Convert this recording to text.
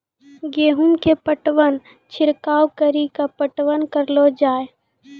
गेहूँ के पटवन छिड़काव कड़ी के पटवन करलो जाय?